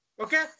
Okay